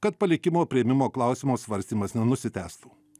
kad palikimo priėmimo klausimo svarstymas nenusitęstų